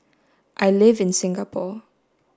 I live in Singapore